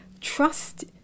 trust